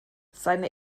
seine